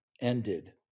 ended